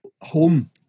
home